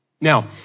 Now